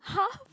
!huh!